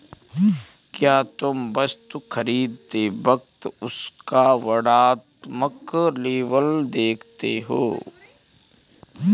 क्या तुम वस्तु खरीदते वक्त उसका वर्णात्मक लेबल देखते हो?